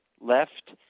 left